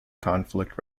conflict